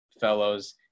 fellows